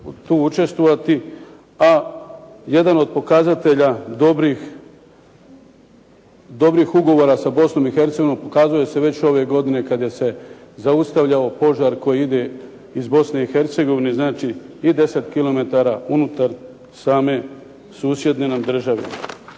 tu učestvovati, a jedan od pokazatelja dobrih ugovora sa Bosnom i Hercegovinom pokazao se već ove godine kad je se zaustavljao požar koji ide iz Bosne i Hercegovine i 10 km unutar same susjedne nam države.